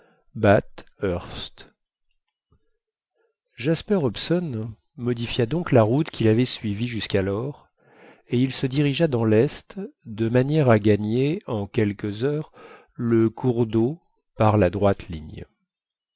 bathurst jasper hobson modifia donc la route qu'il avait suivie jusqu'alors et il se dirigea dans l'est de manière à gagner en quelques heures le cours d'eau par la droite ligne